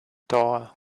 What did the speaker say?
door